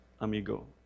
amigo